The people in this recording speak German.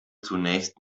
zunächst